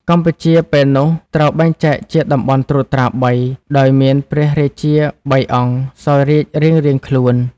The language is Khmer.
កម្ពុជាពេលនោះត្រូវបែងចែកជាតំបន់ត្រួតត្រាបី ដោយមានព្រះរាជា ៣អង្គ សោយរាជរៀងៗខ្លួន ។